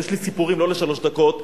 ויש לי סיפורים לא לשלוש דקות,